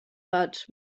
but